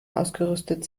ausgerüstet